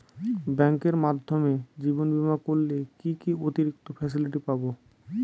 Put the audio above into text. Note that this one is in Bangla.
ব্যাংকের মাধ্যমে জীবন বীমা করলে কি কি অতিরিক্ত ফেসিলিটি পাব?